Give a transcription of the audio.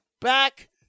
back